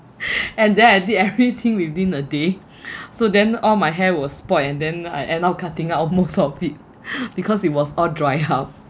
and then I did everything within a day so then all my hair were spoiled and then I end up cutting out most of it because it was all dried up